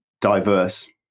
diverse